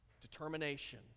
determination